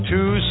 Two